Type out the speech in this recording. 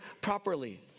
properly